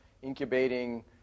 incubating